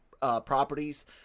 properties